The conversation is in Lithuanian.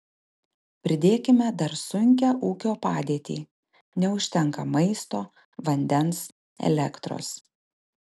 pridėkime dar sunkią ūkio padėtį neužtenka maisto vandens elektros